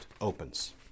opens